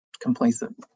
complacent